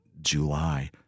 July